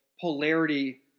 polarity